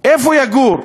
איפה יגור?